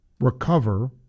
recover